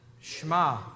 shema